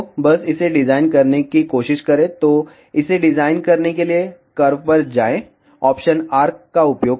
तो बस इसे डिजाइन करने की कोशिश करें तो इसे डिजाइन करने के लिए कर्व पर जाएं ऑप्शन आर्क का उपयोग करें